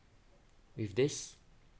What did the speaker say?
with this